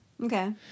Okay